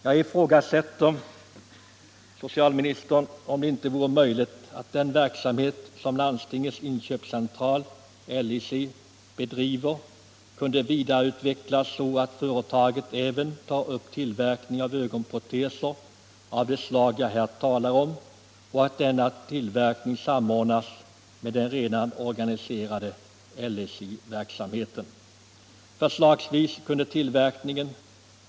F.n. finns inga föreskrifter som speciellt rör tillhandahållandet av ögonproteser. Detta förhållande är föga tillfredsställande.